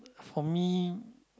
for me